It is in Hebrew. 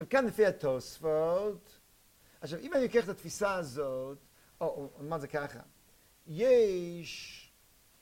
וכאן לפי התוספות, עכשיו אם אני לוקח את התפיסה הזאת, אומר את זה ככה, יש...